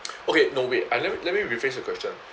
okay no wait I let me let me rephrase the question